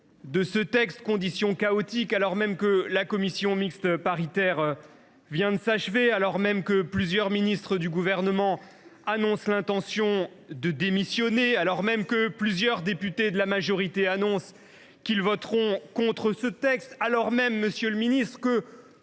de ce texte alors même que la commission mixte paritaire vient seulement de s’achever, alors même que plusieurs ministres annoncent l’intention de démissionner, alors même que plusieurs députés de la majorité annoncent qu’ils voteront contre ce texte et alors même, monsieur le ministre,